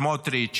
סמוטריץ',